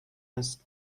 است